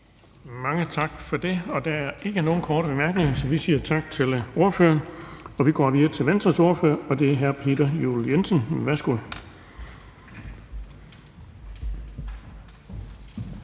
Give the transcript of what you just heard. (Erling Bonnesen): Der er ikke nogen korte bemærkninger, så vi siger tak til ordføreren. Vi går videre til Venstres ordfører, og det er hr. Peter Juel-Jensen. Værsgo.